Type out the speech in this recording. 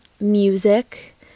music